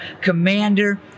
commander